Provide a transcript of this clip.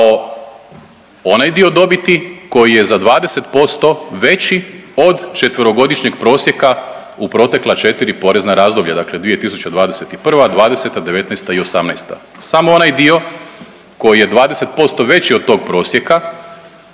onaj dio dobiti koji je za 20% veći od četverogodišnjeg prosjeka u protekla 4 porezna razdoblja, dakle 2021., '20., '19. i '18. Samo onaj dio koji je 20% veći od tog prosjeka